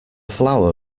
flower